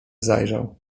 zajrzał